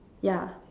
yeah